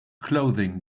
clothing